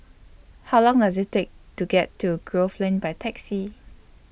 How Long Does IT Take to get to Grove Lane By Taxi